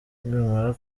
nibamara